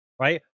Right